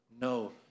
No